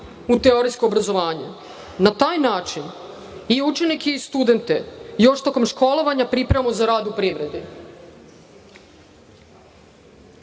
u teorijsko obrazovanje. Na taj način i učenike i studente još tokom školovanja pripremamo za rad u privredi. Saradnja